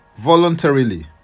voluntarily